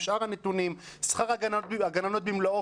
שאר הנתונים ושכר הגננות במלואו.